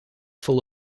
full